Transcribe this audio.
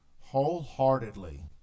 wholeheartedly